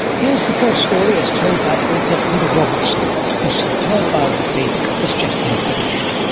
here's the full story as told by author peter robertson, whose superb biography has just been published.